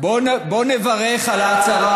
אבל בוא נברך על ההצהרה.